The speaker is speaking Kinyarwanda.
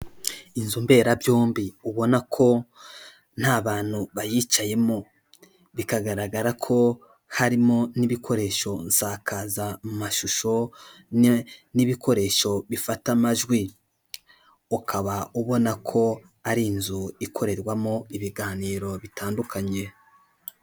Inzu mberabyombi ubona ko nta bantu bayicayemo. Bikagaragara ko harimo n'ibikoresho nsakazamashusho, n'ibikoresho bifata amajwi. Ukaba ubona ko ari inzu ikorerwamo ibiganiro bitandukanye.